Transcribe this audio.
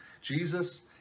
Jesus